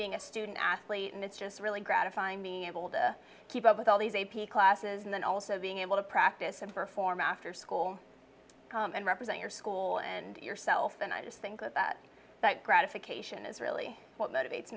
being a student athlete and it's just really gratifying to keep up with all these a p classes and then also being able to practice and perform after school and represent your school and yourself and i just think that that gratification is really what motivates